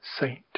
saint